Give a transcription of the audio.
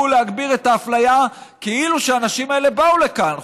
להגביר את האפליה כאילו שהאנשים האלה באו לכאן,